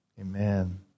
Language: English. Amen